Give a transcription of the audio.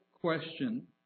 question